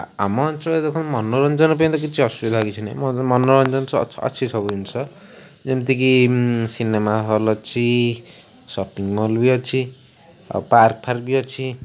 ଆମ ଅଞ୍ଚଳରେ ଦେଖନ୍ତୁ ମନୋରଞ୍ଜନ ପାଇଁ ତ କିଛି ଅସୁବିଧା କିଛି ନାହିଁ ମନୋରଞ୍ଜନ ଅଛି ସବୁ ଜିନିଷ ଯେମିତିକି ସିନେମା ହଲ୍ ଅଛି ସପିଂ ମଲ୍ ବି ଅଛି ଆଉ ପାର୍କ ର୍ଫାର୍ ବି ଅଛି